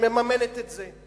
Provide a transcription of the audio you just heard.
שמממנת את זה.